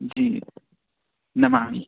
जि Namami